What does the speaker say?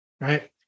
Right